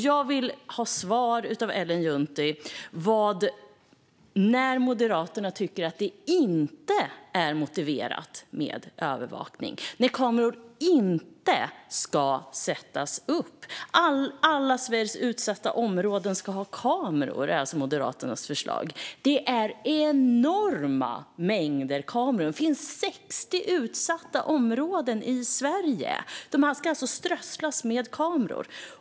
Jag vill få svar av Ellen Juntti på när Moderaterna tycker att det inte är motiverat med övervakning, när kameror inte ska sättas upp. Moderaternas förslag är att alla Sveriges utsatta områden ska ha kameror. Det är en enorm mängd kameror. Det finns 60 utsatta områden i Sverige. De ska alltså strösslas med kameror.